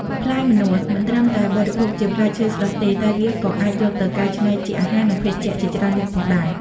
ផ្លែម្នាស់មិនត្រឹមតែបរិភោគជាផ្លែឈើស្រស់ទេ តែវាក៏អាចយកទៅកែច្នៃជាអាហារ និងភេសជ្ជៈជាច្រើនមុខផងដែរ។